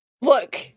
Look